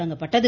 தொடங்கப்பட்டது